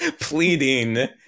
pleading